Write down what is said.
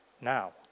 now